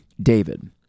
David